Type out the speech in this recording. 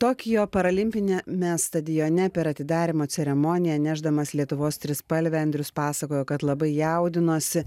tokijo paralimpiniame stadione per atidarymo ceremoniją nešdamas lietuvos trispalvę andrius pasakojo kad labai jaudinosi